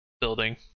building